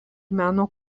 meno